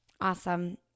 awesome